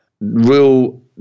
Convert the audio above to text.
Real